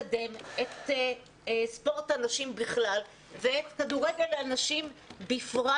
הוא לקדם את ספורט הנשים בכלל ואת כדורגל הנשים בפרט